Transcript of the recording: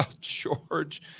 George